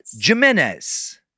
Jimenez